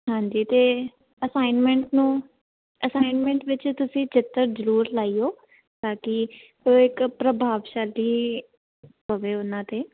ਹਾਂਜੀ ਅਤੇ ਅਸਾਈਨਮੈਂਟ ਨੂੰ ਅਸਾਈਨਮੈਂਟ ਵਿੱਚ ਤੁਸੀਂ ਚਿੱਤਰ ਜ਼ਰੂਰ ਲਗਾਇਓ ਤਾਂ ਕਿ ਉਹ ਇੱਕ ਪ੍ਰਭਾਵਸ਼ਾਲੀ ਪਵੇ ਉਹਨਾਂ 'ਤੇ